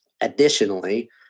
Additionally